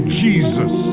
jesus